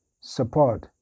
support